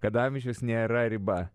kad amžius nėra riba